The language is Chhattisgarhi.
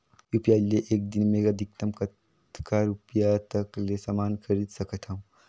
यू.पी.आई ले एक दिन म अधिकतम कतका रुपिया तक ले समान खरीद सकत हवं?